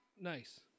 Nice